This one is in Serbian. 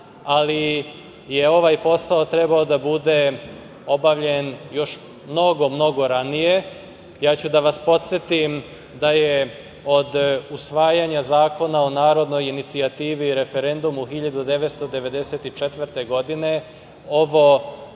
ali je ovaj posao trebao da bude obavljen još mnogo ranije. Podsetiću vas da je od usvajanja Zakona o narodnoj inicijativi i referendumu 1994. godine ovo